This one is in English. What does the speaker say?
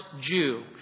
Jew